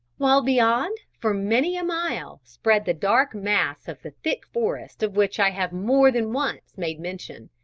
while beyond for many a mile spread the dark mass of the thick forest of which i have more than once made mention.